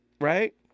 Right